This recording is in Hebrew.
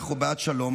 אנחנו בעד שלום,